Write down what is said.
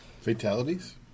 Fatalities